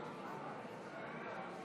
חברי הכנסת,